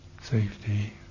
Safety